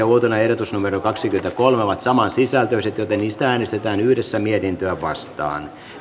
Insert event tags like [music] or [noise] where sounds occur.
[unintelligible] uotilan ehdotus kaksikymmentäkolme ovat saman sisältöisiä joten niistä äänestetään yhdessä mietintöä vastaan